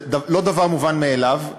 זה לא דבר מובן מאליו.